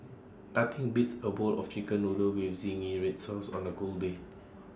nothing beats A bowl of Chicken Noodles with Zingy Red Sauce on A cold day